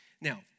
Now